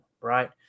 right